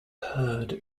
heard